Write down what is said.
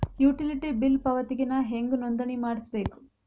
Utility bill ಪಾವತಿಗೆ ನಾ ಹೆಂಗ್ ನೋಂದಣಿ ಮಾಡ್ಸಬೇಕು?